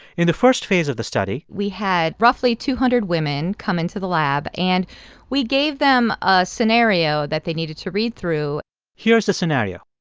in the first phase of the study. we had roughly two hundred women come into the lab, and we gave them a scenario that they needed to read through here's the scenario